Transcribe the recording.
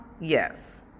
yes